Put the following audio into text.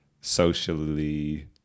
socially